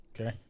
Okay